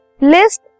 List